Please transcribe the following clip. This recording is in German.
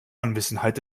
anwesenheit